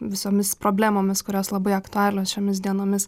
visomis problemomis kurios labai aktualios šiomis dienomis